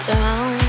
Down